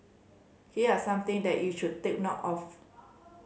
here are some thing that you should take note of